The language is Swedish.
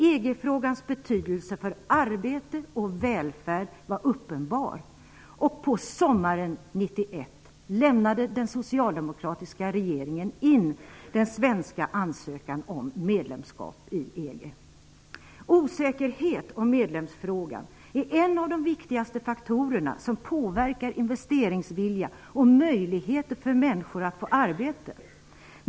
EG-frågans betydelse för arbete och välfärd var uppenbar, och på sommaren 1991 Osäkerhet om medlemsfrågan är en av de viktigaste faktorerna som påverkar investeringsvilja och möjligheter för människor att få arbete.